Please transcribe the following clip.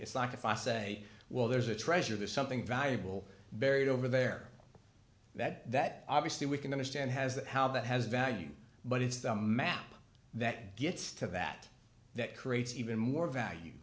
it's like if i say well there's a treasure there's something valuable buried over there that that obviously we can understand has that how that has value but it's the map that gets to that that creates even more value